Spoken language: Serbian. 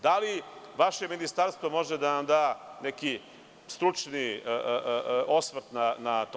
Da li vaše ministarstvo može da nam da neki stručni osvrt na to?